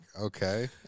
okay